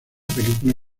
película